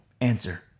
answer